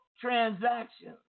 transactions